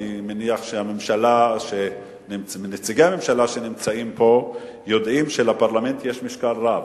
אני מניח שנציגי הממשלה שנמצאים פה יודעים שלפרלמנט יש משקל רב.